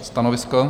Stanovisko?